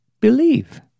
believe